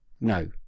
no